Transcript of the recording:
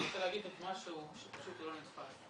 אני רוצה להגיד משהו שפשוט לא נתפס.